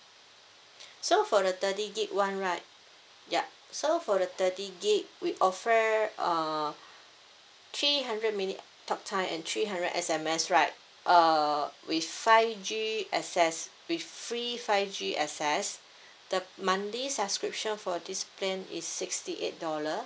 so for the thirty gig one right yup so for the thirty gig we offer uh three hundred minute talk time and three hundred S_M_S right err with five G access with free five G access the monthly subscription for this plan is sixty eight dollar